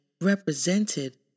represented